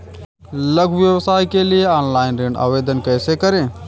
लघु व्यवसाय के लिए ऑनलाइन ऋण आवेदन कैसे करें?